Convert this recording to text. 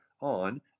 on